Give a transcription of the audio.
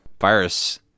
virus